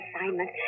assignment